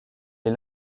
est